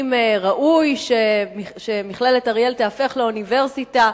אם ראוי שמכללת אריאל תהפוך לאוניברסיטה,